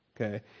okay